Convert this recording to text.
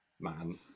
man